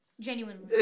Genuinely